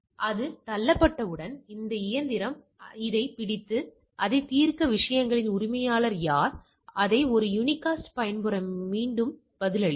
எனவே அது தள்ளப்பட்டவுடன் இந்த இயந்திரம் இதைப் படித்து அதைத் தீர்க்க விஷயங்களின் உரிமையாளர் யார் அதை ஒரு யூனிகாஸ்ட் பயன்முறையில் மீண்டும் பதிலளிக்கும்